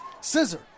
scissor